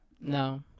No